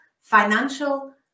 financial